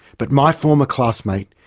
but my former classmate,